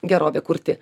gerovę kurti